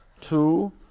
two